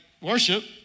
worship